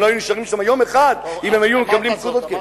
הם לא היו נשארים שם יום אחד אם הם היו מקבלים פקודות כאלה.